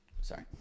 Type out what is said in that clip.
Sorry